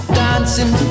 dancing